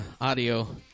audio